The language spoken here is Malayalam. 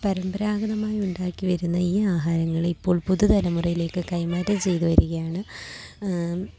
പരമ്പരാഗതമായി ഉണ്ടാക്കിവരുന്ന ഈ ആഹാരങ്ങൾ ഇപ്പോൾ പുതുതലമുറയിലേക്ക് കൈമാറ്റം ചെയ്ത് വരികയാണ്